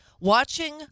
watching